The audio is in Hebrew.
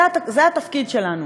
זה התפקיד שלנו.